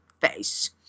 face